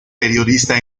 periodista